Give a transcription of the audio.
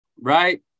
right